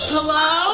Hello